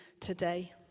today